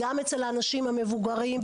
גם אצל האנשים המבוגרים,